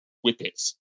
whippets